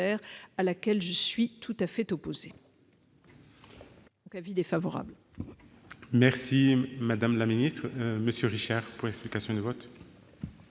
à laquelle je suis tout à fait opposée.